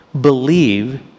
believe